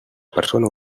persona